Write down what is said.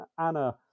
Anna